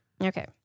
Okay